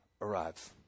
arrives